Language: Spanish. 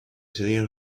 serían